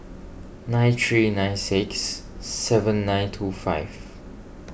nine three nine six seven nine two five